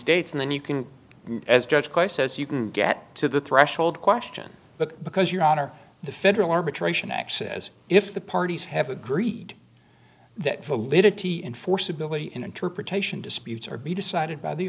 dates and then you can as judge course as you can get to the threshold question but because your honor the federal arbitration acts as if the parties have agreed that validity enforceability interpretation disputes or be decided by the